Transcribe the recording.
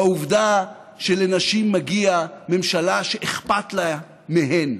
בעובדה שלנשים מגיעה ממשלה שאכפת לה מהן,